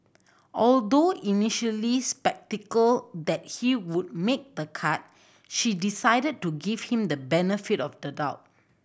although initially sceptical that he would make the cut she decided to give him the benefit of the doubt